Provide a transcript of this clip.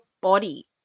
body